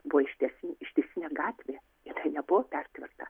buvo ištiesi ištisinė gatvė jinai nebuvo pertverta